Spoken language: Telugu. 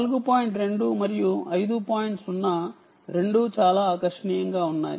0 రెండింటి వలన సాధ్యమవుతుంది చాలా ఆకర్షణీయంగా ఉంది